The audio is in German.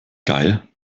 geil